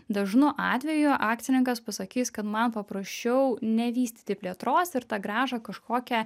dažnu atveju akcininkas pasakys kad man paprasčiau nevystyti plėtros ir tą grąžą kažkokią